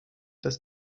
dass